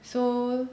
so